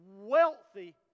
wealthy